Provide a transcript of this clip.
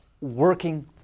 working